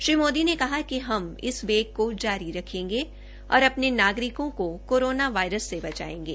श्री मोदी ने कहा कि हम वेग को जारी रखेंगे और अपने नागरिकों को कोरोना वायरस से बचायेंगे